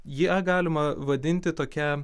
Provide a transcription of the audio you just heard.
ją galima vadinti tokia